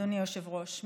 אדוני היושב-ראש,